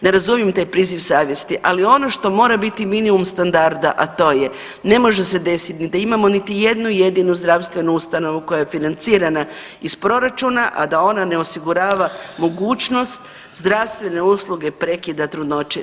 Ne razumijem taj priziv savjest, ali ono što mora biti minimum standarda, a to je ne može se desiti ni da imamo niti jednu jedinu zdravstvenu ustanovu koja je financirana iz proračuna, a da ona ne osigurava mogućnost zdravstvene usluge prekida trudnoće.